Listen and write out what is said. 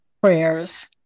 prayers